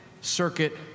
Circuit